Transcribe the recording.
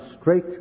straight